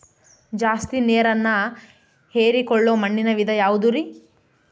ಜಾಸ್ತಿ ನೇರನ್ನ ಹೇರಿಕೊಳ್ಳೊ ಮಣ್ಣಿನ ವಿಧ ಯಾವುದುರಿ?